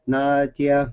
na tie